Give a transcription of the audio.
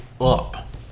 up